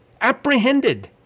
Apprehended